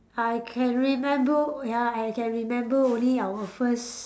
I can remember ya I can remember only our first